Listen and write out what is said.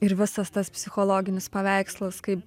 ir visas tas psichologinis paveikslas kaip